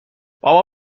بابا